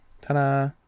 Ta-da